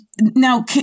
now